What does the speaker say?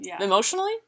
Emotionally